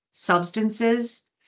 Substances